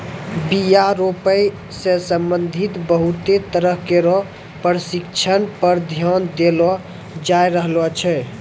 बीया रोपै सें संबंधित बहुते तरह केरो परशिक्षण पर ध्यान देलो जाय रहलो छै